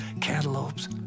cantaloupes